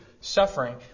suffering